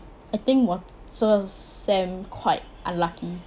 I think 我这个 sem quite unlucky